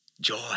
joy